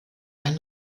ein